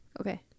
okay